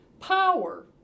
power